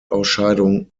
ausscheidung